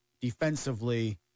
defensively